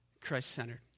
Christ-centered